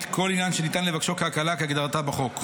כל עניין שניתן לבקשו כהקלה כהגדרתה בחוק.